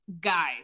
guys